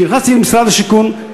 כשנכנסתי למשרד השיכון,